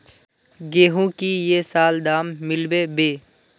गेंहू की ये साल दाम मिलबे बे?